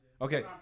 Okay